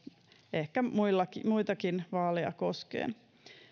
ehkä muitakin muitakin vaaleja koskien